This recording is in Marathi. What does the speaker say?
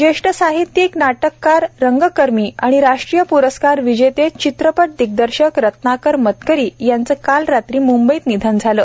ज्येष्ठ साहित्यिक नाटककार रंगकर्मी आणि राष्ट्रीय प्रस्कार विजेते चित्रपट दिग्दर्शक रत्नाकर मतकरी यांचं काल रात्री मुंबईत निधन झालं